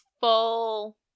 full